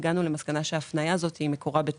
הגענו למסקנה שמקורה של ההפניה הזאת בטעות,